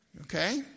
Okay